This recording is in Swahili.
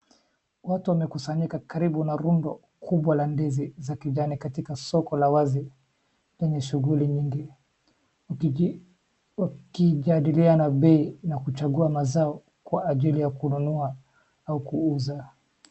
Watu wamekusanyika karibu na rundo kubwa la ndizi za kijani katika soko la wazi lenye shughuli nyingi wakijadiliana bei na kuchagua mazao kwa ajili ya kununua au kuuza.